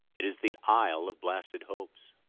it is the isle of blasted hopes.